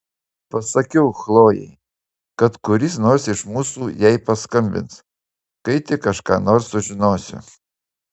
pasakiau chlojei kad kuris nors iš mūsų jai paskambins kai tik aš ką nors sužinosiu